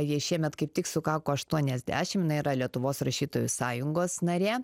jai šiemet kaip tik sukako aštuoniasdešimt jinai yra lietuvos rašytojų sąjungos narė